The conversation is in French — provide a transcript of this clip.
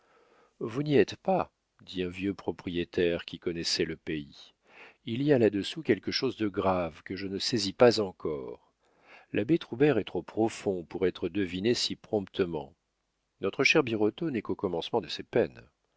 vous n'y êtes pas dit un vieux propriétaire qui connaissait le pays il y a là-dessous quelque chose de grave que je ne saisis pas encore l'abbé troubert est trop profond pour être deviné si promptement notre cher birotteau n'est qu'au commencement de ses peines